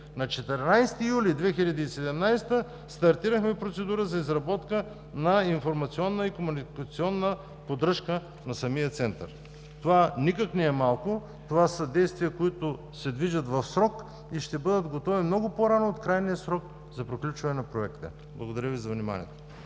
На 14 юли 2017 г. стартирахме процедура за изработка на информационна и комуникационна поддръжка на самия център. Това никак не е малко, това са действия, които се движат в срок и ще бъдат готови много по-рано от крайния срок за приключване на проекта. Благодаря Ви за вниманието.